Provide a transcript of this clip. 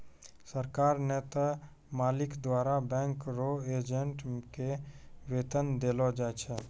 सरकार नै त मालिक द्वारा बैंक रो एजेंट के वेतन देलो जाय छै